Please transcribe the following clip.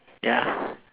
ya